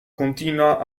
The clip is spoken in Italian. continua